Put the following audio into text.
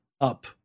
Up